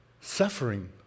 suffering